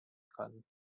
kann